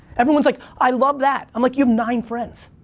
everyone's like, i love that. i'm like, you have nine friends.